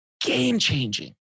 game-changing